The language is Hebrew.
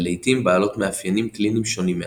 ולעיתים בעלות מאפיינים קליניים שונים מעט.